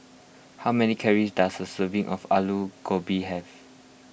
how many calories does a serving of Aloo Gobi have